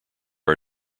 are